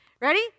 Ready